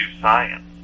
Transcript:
science